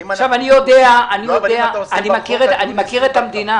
אני יודע, אני מכיר את המדינה